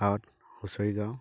গাঁৱত হুঁচৰি গাওঁ